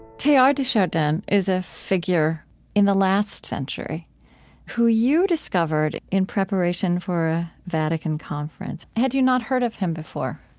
teilhard de chardin is a figure in the last century who you discovered in preparation for a vatican conference. had you not heard of him before?